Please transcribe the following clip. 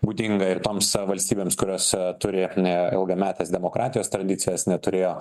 būdinga ir toms valstybėms kurios turi ne ilgametės demokratijos tradicijas neturėjo